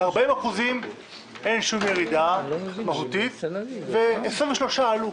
ל-40% אין שום ירידה מהותית ו-23% עלו.